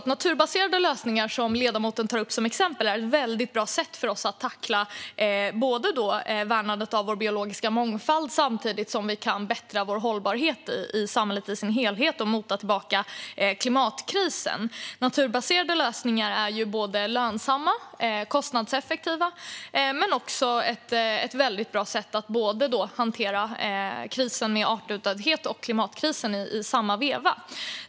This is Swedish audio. Naturbaserade lösningar, som ledamoten tar upp som exempel, är ett väldigt bra sätt för oss att klara värnandet av vår biologiska mångfald samtidigt som vi kan förbättra vår hållbarhet i samhället i sin helhet och mota tillbaka klimatkrisen. Naturbaserade lösningar är både lönsamma och kostnadseffektiva men också ett väldigt bra sätt att hantera krisen med artutdöendet och klimatkrisen i samma veva.